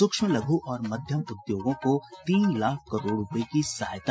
सूक्ष्म लघु और मध्यम उद्योगों को तीन लाख करोड़ रूपये की सहायता